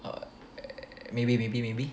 maybe maybe maybe